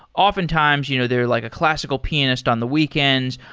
oftentimes, you know they're like a classical pianist on the weekends,